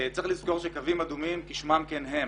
צריך לזכור שקווים אדומים, כשמם כן הם.